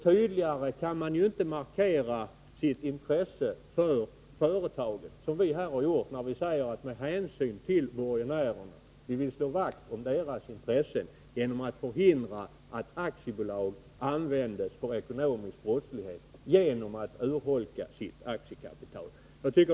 Tydligare kan man inte markera sitt intresse för företagen än vi har gjort när vi säger att vi vill slå vakt om borgenärernas intressen genom att förhindra att aktiebolag används för ekonomisk brottslighet genom en urholkning av aktiekapitalet.